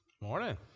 Morning